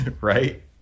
Right